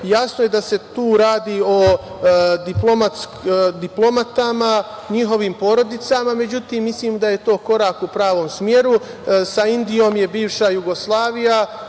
jasno je da se tu radi o diplomatama, njihovim porodicama. Međutim, mislim da je to korak u pravom smeru. Sa Indijom je bivša Jugoslavija